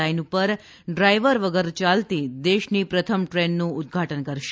line પર driver વગર ચાલતી દેશની પ્રથમ ટ્રેનનું ઉદઘાટન કરશે